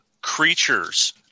creatures